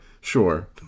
sure